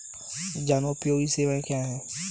जनोपयोगी सेवाएँ क्या हैं?